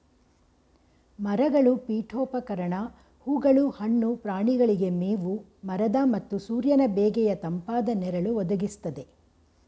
ಮರಗಳು ಪೀಠೋಪಕರಣ ಹೂಗಳು ಹಣ್ಣು ಪ್ರಾಣಿಗಳಿಗೆ ಮೇವು ಮರದ ಮತ್ತು ಸೂರ್ಯನ ಬೇಗೆಯ ತಂಪಾದ ನೆರಳು ಒದಗಿಸ್ತದೆ